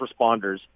responders